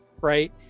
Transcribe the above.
right